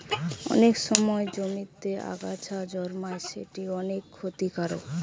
অনেক সময় জমিতে আগাছা জন্মায় যেটি অনেক ক্ষতিকারক